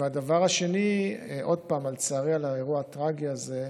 דבר שני, עוד פעם, אני מצטער על האירוע הטרגי הזה.